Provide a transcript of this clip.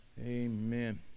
amen